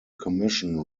commission